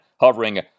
hovering